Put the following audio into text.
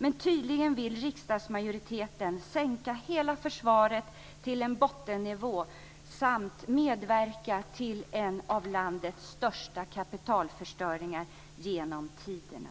Men tydligen vill riksdagsmajoriteten sänka hela försvaret till en bottennivå samt medverka till en av landets största kapitalförstöringar genom tiderna.